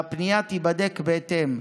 והפנייה תיבדק בהתאם.